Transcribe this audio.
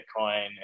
bitcoin